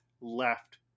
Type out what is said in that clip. left